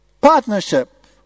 Partnership